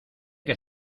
que